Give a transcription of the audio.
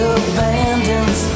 abandons